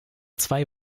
zwei